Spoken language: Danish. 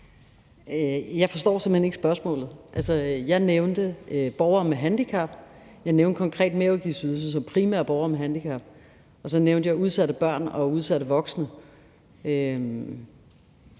Jeg forstår simpelt hen ikke spørgsmålet. Jeg nævnte borgere med handicap, jeg nævnte konkret merudgiftsydelser, som primært angår borgere med handicap, og så nævnte jeg udsatte børn og udsatte voksne.